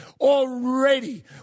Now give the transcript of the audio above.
already